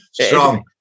Strong